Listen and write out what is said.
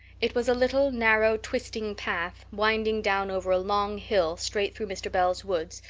it was a little narrow, twisting path, winding down over a long hill straight through mr. bell's woods,